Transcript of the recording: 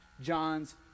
John's